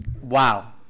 Wow